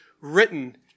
written